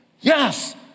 yes